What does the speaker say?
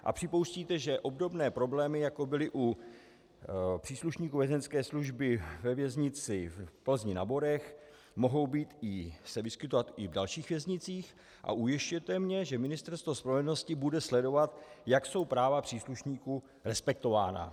A připouštíte, že obdobné problémy, jako byly u příslušníků Vězeňské služby ve Věznici Plzeň na Borech, se mohou vyskytovat i v dalších věznicích, a ujišťujete mě, že Ministerstvo spravedlnosti bude sledovat, jak jsou práva příslušníků respektována.